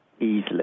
easily